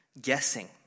guessing